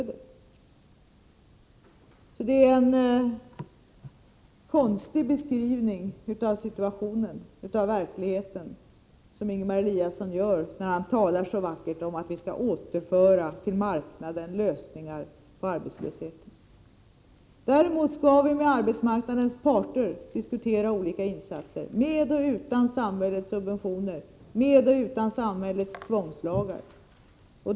Det är således en konstig beskrivning av verkligheten, som Ingemar Eliasson ger, när han så vackert talar om att vi skall återföra lösningarna på arbetslösheten till marknaden. Däremot skall vi med arbetsmarknadens parter diskutera olika insatser — med eller utan samhällets subventioner, med eller utan samhällets tvångslagar.